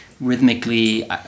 rhythmically